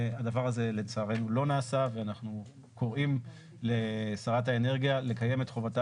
הדבר הזה לצערנו לא נעשה ואנחנו קוראים לשרת האנרגיה לקיים את חובתה